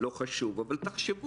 תודה רבה.